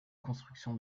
construction